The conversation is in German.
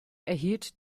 erhielt